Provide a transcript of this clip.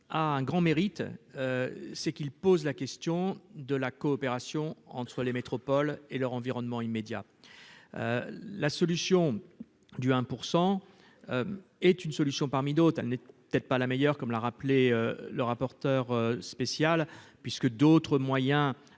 Loïc Hervé a un grand mérite, c'est qu'il pose la question de la coopération entre les métropoles et leur environnement immédiat, la solution du un % est une solution parmi d'autres, elle n'est peut-être pas la meilleure, comme l'a rappelé le rapporteur spécial puisque d'autres moyens